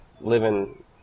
living